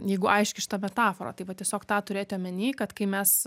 jeigu aiški šita metafora tai va tiesiog tą turėti omenyje kad kai mes